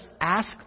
ask